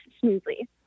smoothly